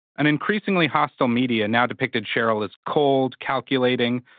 an increasingly hostile media now depicted sheryl as cold, calculating,